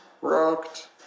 Rocked